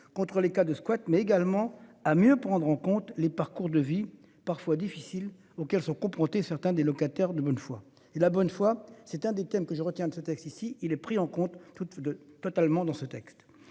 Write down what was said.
contre les cas de squat mais également à mieux prendre en compte les parcours de vie parfois difficiles auxquels sont confrontés certains des locataires de bonne foi et la bonne foi. C'est un des thèmes que je retiens de ce texte. Ici il est pris en compte toutes deux totalement dans ce texte,